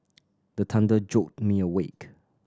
the thunder jolt me awake